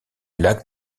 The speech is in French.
lac